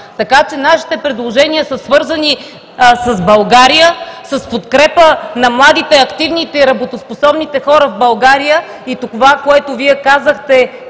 оцелява. Нашите предложения са свързани с България, с подкрепа на младите, активните и работоспособните хора в България и това, което Вие казахте,